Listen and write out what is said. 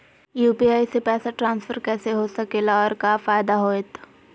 UPI से पैसा transfer कैसे हो सके ला और का फायदा होएत?